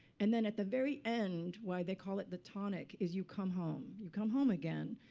and then at the very end, why they call it the tonic, is you come home. you come home again.